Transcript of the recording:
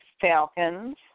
Falcons